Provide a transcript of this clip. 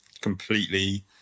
completely